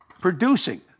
producing